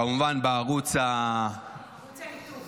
כמובן, בערוץ --- ערוץ הליטוף.